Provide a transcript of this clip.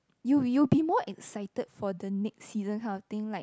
you you be more excited for the next season kind of thing like